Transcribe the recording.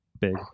big